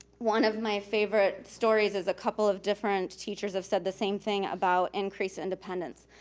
one of my favorite stories is a couple of different teachers have said the same thing about increased independence.